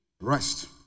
Rest